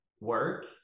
work